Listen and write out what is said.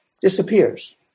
disappears